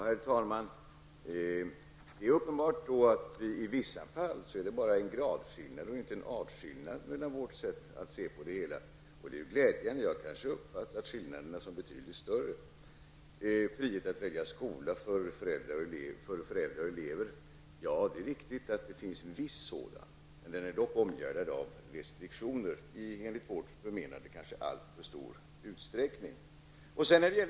Herr talman! Det är uppenbart att det i vissa fall bara är en gradskillnad och inte artskillnad mellan vårt sätt att se det hela, och det är glädjande. Jag har kanske uppfattat skillnaden som betydligt större. Frihet för föräldrar och elever att välja skola. Ja, det är riktigt att det finns en viss sådan i dag, men den är dock omgärdad av restriktioner. Kanske i allt för stor utsträckning enligt vårt förmenande.